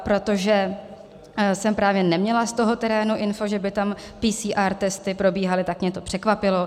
Protože jsem právě neměla z toho terénu info, že by tam PCR testy probíhaly, tak mě to překvapilo.